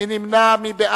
מי נמנע?